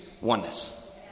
oneness